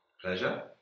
Pleasure